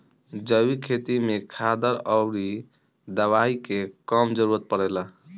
जैविक खेती में खादर अउरी दवाई के कम जरूरत पड़ेला